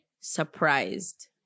surprised